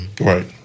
Right